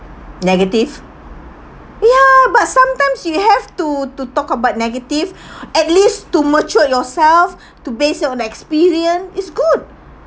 negative ya sometimes you have to to talk about negative at least to mature yourself to base on experience is good